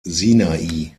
sinai